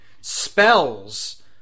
Spells